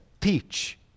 teach